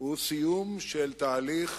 הוא סיום של תהליך